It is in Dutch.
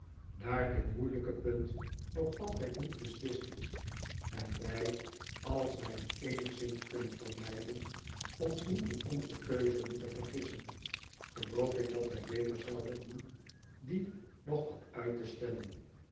daar dit moeilijke punt nog altijd niet beslist is en wij als wij het eenigszins kunnen vermijden ons niet in onze keuze moeten vergissen geloof ik dat wij beter zouden doen die nog wat uit te stellen